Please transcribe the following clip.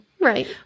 Right